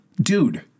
dude